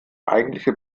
eigentliche